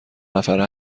نفره